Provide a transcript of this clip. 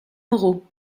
moreau